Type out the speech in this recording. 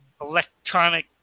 electronic